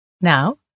Now